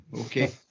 Okay